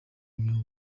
imyuga